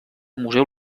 museu